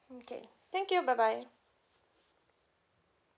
mm K thank you bye bye